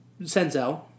Senzel